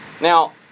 Now